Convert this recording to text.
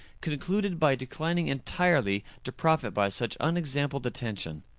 concluded by declining entirely to profit by such unexampled attention.